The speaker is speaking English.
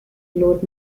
load